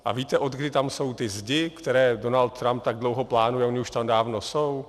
A víte, odkdy tam jsou ty zdi, které Donald Trump tak dlouho plánuje, a ony už tam dávno jsou?